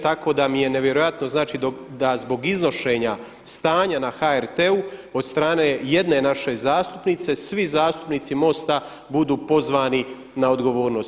Tako da mi je nevjerojatno znači da zbog iznošenja stanja na HRT-u od strane jedne naše zastupnice svi zastupnici MOST-a budu pozvani na odgovornost.